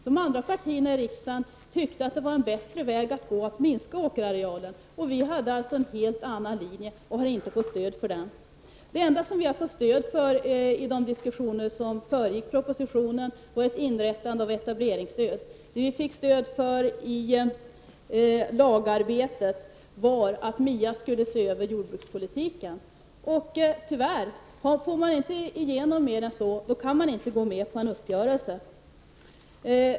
De andra partierna i riksdagen tyckte att det var en bättre väg att gå att minska åkerarealen, och miljöpartiet hade en helt annan linje, som inte fick stöd. Det enda som vi fick stöd för i de diskussioner som föregick propositionen var inrättandet av etableringsstöd. Det som vi fick stöd för i LAG-arbetet var att MIA skulle se över jordbrukspolitiken. Om man inte får igenom mer än så kan man tyvärr inte gå med på en uppgörelse.